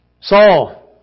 Saul